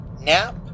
Nap